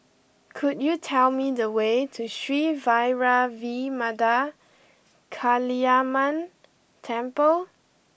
could you tell me the way to Sri Vairavimada Kaliamman Temple